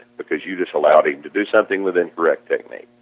because you just allowed him to do something with incorrect technique.